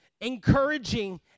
encouraging